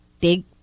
big